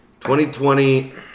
2020